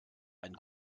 ein